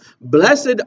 Blessed